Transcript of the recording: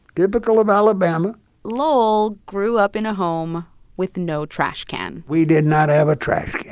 typical of alabama lowell grew up in a home with no trash can we did not have a trash,